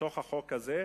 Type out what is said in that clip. בחוק הזה,